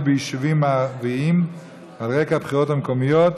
ביישובים הערביים על רקע הבחירות המקומיות,